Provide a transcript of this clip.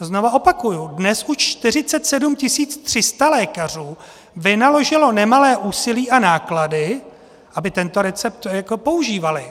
Znovu opakuji, dnes už 47 300 lékařů vynaložilo nemalé úsilí a náklady, aby tento recept používali.